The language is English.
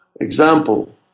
example